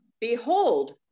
Behold